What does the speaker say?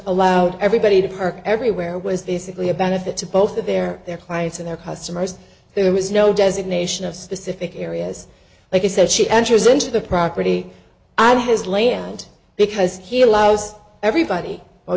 allowed everybody to park everywhere was basically a benefit to both of their their clients and their customers there was no designation of specific areas like you said she enters into the property and his land because he allows everybody o